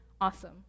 awesome